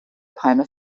palme